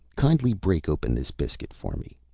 kindly break open this biscuit for me.